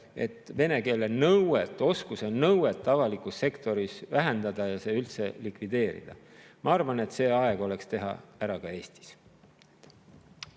et vene keele oskuse nõuet avalikus sektoris vähendada ja see üldse likvideerida. Ma arvan, et oleks aeg see ära teha ka Eestis.